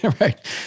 Right